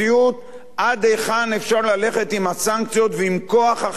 עד היכן אפשר ללכת עם הסנקציות ועם כוח החקיקה.